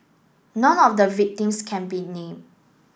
none of the victims can be name